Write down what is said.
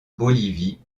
bolivie